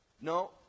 No